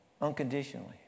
unconditionally